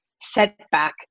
setback